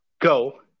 Go